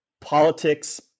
politics